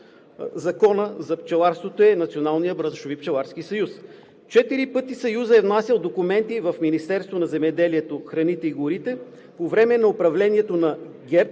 браншови пчеларски съюз. Четири пъти Съюзът е внасял документи в Министерството на земеделието, храните и горите по време на управлението на ГЕРБ,